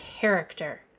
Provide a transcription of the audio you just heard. character